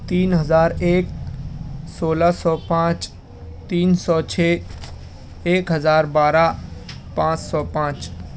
تین ہزار ایک سولہ سو پانچ تین سو چھ ایک ہزار بارہ پانچ سو پانچ